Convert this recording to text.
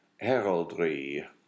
heraldry